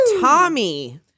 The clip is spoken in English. Tommy